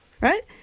right